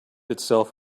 itself